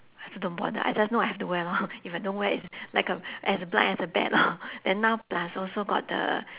I also don't bother I just know I have to wear lor if I don't wear is like a as blind as the bat lor then now plus also got the